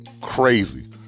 crazy